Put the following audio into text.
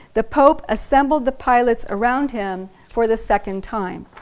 the pope assembled the pilots around him for the second time